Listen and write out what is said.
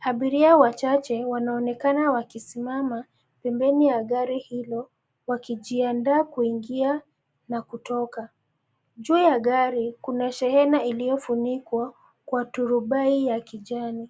abiria wachache wanaonekana wakisimama, pembeni ya gari hilo, wakijiandaa kuingia, na kutoka, juu ya gari, kuna shehena iliyofunikwa, kwa turubai ya kijani.